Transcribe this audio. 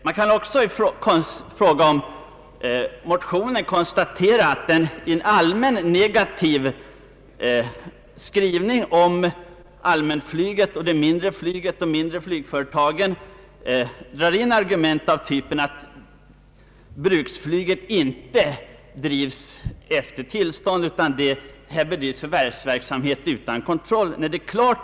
Man kan också i fråga om motionärerna konstatera att de i en negativ skrivning om allmänflyget och de mindre flygföretagen drar in argument av typen, att bruksflyget inte drivs efter tillstånd, utan att här bedrivs en verksamhet utan kontroll.